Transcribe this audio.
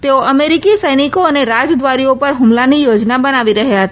તેઓ અમેરીકી સૈનિકો અને રાજદ્વારીઓ પર ઠૂમલાની યોજના બનાવી રહયાં હતા